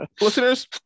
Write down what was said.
listeners